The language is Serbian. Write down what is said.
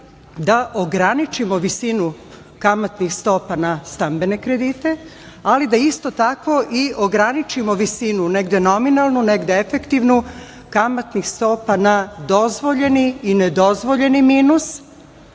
da ograničimo visinu kamatnih stopa na stambene kredite, ali da isto tako ograničimo visinu, negde nominalnu, negde efektivnu, kamatnih stopa na dozvoljeni i nedozvoljeni minus,